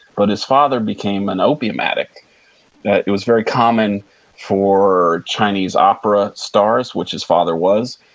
but his father became an opium addict. that it was very common for chinese opera stars, which his father was,